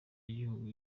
y’igihugu